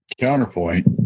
Counterpoint